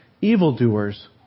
evildoers